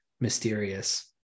mysterious